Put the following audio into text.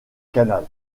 canal